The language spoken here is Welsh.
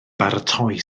baratoi